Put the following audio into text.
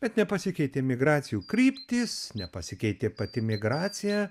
bet nepasikeitė migracijų kryptys nepasikeitė pati migracija